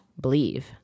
believe